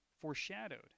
foreshadowed